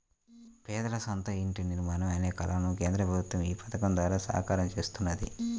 పేదల సొంత ఇంటి నిర్మాణం అనే కలను కేంద్ర ప్రభుత్వం ఈ పథకం ద్వారా సాకారం చేస్తున్నది